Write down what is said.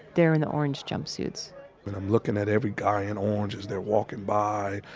they're in the orange jumpsuits but i'm looking at every guy in orange as they're walking by.